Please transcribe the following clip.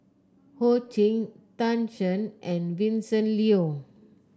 Ho Ching Tan Shen and Vincent Leow